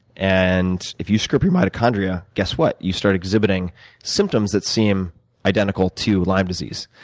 and if you screw up your mitochondria, guess what? you start exhibiting symptoms that seem identical to lyme disease.